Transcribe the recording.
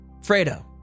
Fredo